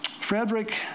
Frederick